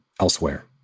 elsewhere